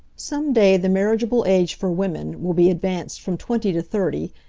some day the marriageable age for women will be advanced from twenty to thirty,